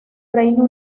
reino